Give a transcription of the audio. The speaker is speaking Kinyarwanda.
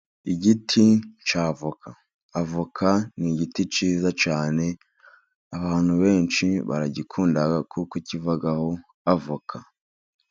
Igiti cy'avoka, avoka ni igiti cyiza cyane abantu benshi baragikunda kuko kivaho avoka.